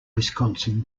wisconsin